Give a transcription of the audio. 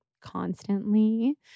constantly